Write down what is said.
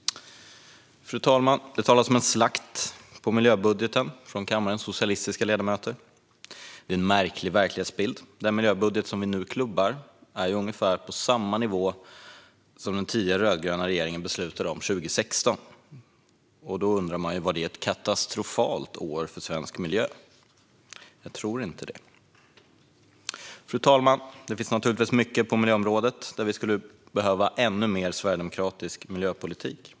Fru talman! Det talas om en slakt på miljöbudgeten från kammarens socialistiska ledamöter. Det är en märklig verklighetsbild. Den miljöbudget som vi nu klubbar är på ungefär samma nivå som den budget den tidigare rödgröna regeringen beslutade om 2016. Man kan undra om det var ett katastrofalt år för svensk miljö. Jag tror inte det. Fru talman! Det finns naturligtvis mycket på miljöområdet där vi skulle behöva ännu mer sverigedemokratisk miljöpolitik.